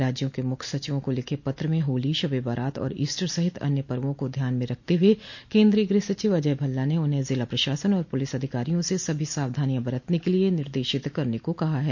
राज्यों के मुख्य सचिवों को लिखे पत्र में होली शब ए बरात और ईस्टर सहित अन्य पर्वो को ध्यान में रखते हुए केन्द्रीय गृह सचिव अजय भल्ला ने उन्हें जिला प्रशासन और पुलिस अधिकारियों से सभी सावधानियां बरतने के लिए निर्देशित करने को कहा है